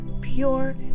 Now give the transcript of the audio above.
pure